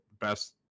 best